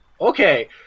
Okay